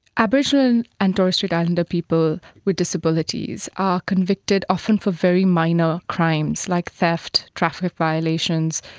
aboriginal and torres strait islander people with disabilities are convicted often for very minor crimes, like theft, traffic violations,